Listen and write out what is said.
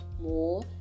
more